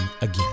again